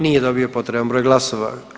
Nije dobio potreban broj glasova.